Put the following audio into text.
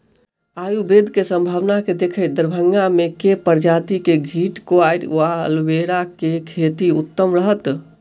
आयुर्वेद केँ सम्भावना केँ देखैत दरभंगा मे केँ प्रजाति केँ घृतक्वाइर वा एलोवेरा केँ खेती उत्तम रहत?